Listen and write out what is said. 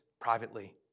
privately